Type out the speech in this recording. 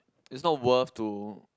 it's not worth to